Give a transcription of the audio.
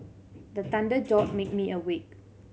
the thunder jolt make me awake